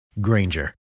Granger